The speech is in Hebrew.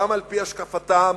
גם על-פי השקפתם